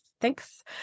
Thanks